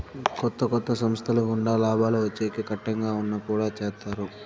కొత్త కొత్త సంస్థల గుండా లాభాలు వచ్చేకి కట్టంగా ఉన్నా కుడా చేత్తారు